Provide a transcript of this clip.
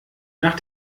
nach